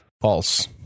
False